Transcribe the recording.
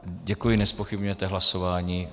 Děkuji, nezpochybňujete hlasování.